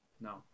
No